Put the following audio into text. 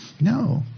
No